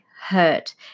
hurt